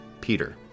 Peter